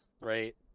right